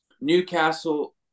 Newcastle